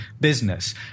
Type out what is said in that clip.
business